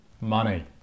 money